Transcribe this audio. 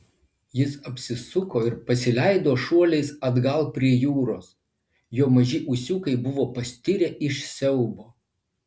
jis apsisuko ir pasileido šuoliais atgal prie jūros jo maži ūsiukai buvo pastirę iš siaubo